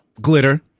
glitter